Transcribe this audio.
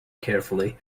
carefully